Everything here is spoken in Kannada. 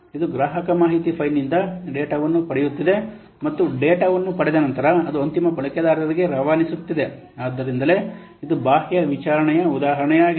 ಇದು ಗ್ರಾಹಕರ ಮಾಹಿತಿ ಫೈಲ್ನಿಂದ ಡೇಟಾವನ್ನು ಪಡೆಯುತ್ತಿದೆ ಮತ್ತು ಡೇಟಾವನ್ನು ಪಡೆದ ನಂತರ ಅದು ಅಂತಿಮ ಬಳಕೆದಾರರಿಗೆ ರವಾನಿಸುತ್ತಿದೆ ಆದ್ದರಿಂದಲೇ ಇದು ಬಾಹ್ಯ ವಿಚಾರಣೆಯ ಉದಾಹರಣೆಯಾಗಿದೆ